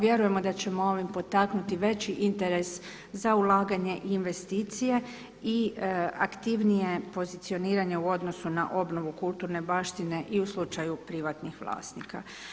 Vjerujem da ćemo ovim potaknuti veći interes za ulaganje i investicije i aktivnije pozicioniranje u odnosu na obnovu kulturne baštine i u slučaju privatnih vlasnika.